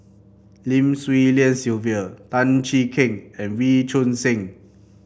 Lim Swee Lian Sylvia Tan Cheng Kee and Wee Choon Seng